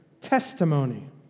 testimony